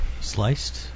Sliced